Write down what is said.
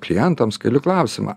klientams keliu klausimą